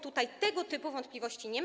Tutaj tego typu wątpliwości nie ma.